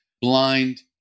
blind